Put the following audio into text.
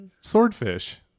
Swordfish